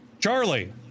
Charlie